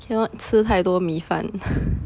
cannot 吃太多米饭